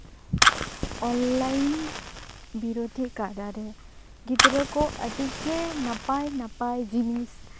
online ᱵᱤᱨᱳᱫᱷᱤ ᱠᱟᱨᱟᱨᱮ ᱜᱤᱫᱽᱨᱟᱹ ᱠᱚ ᱟᱹᱰᱤᱜᱮ ᱱᱟᱯᱟᱭ ᱱᱟᱯᱟᱭ ᱡᱤᱱᱤᱥ